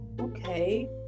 Okay